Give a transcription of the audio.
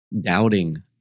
doubting